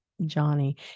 Johnny